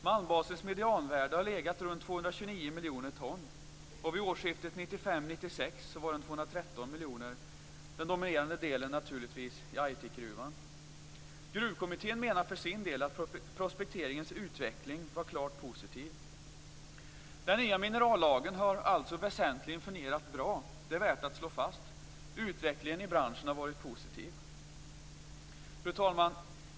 Malmbasens medianvärde har legat kring 229 miljoner. Den dominerande delen finns förstås i Aitikgruvan. Gruvkommittén menar för sin del att utvecklingen av prospekteringen varit klart positiv. Den nya minerallagen har alltså väsentligen fungerat bra - det är värt att slå fast. Utvecklingen i branschen har varit positiv. Fru talman!